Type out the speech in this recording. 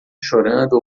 chorando